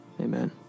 Amen